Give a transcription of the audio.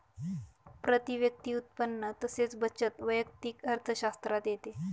प्रती व्यक्ती उत्पन्न तसेच बचत वैयक्तिक अर्थशास्त्रात येते